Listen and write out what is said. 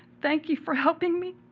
thank you for helping me,